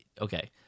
Okay